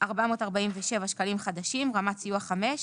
308,447 שקלים חדשים (להלן רמת סיוע 5)